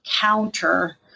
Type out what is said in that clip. counter